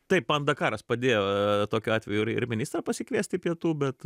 taip man dakaras padėjo tokiu atveju ir ir ministrą pasikviesti pietų bet